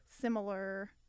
similar